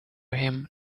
him